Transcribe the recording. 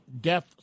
death